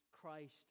Christ